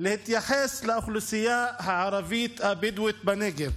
לאוכלוסייה הערבית הבדואית בנגב.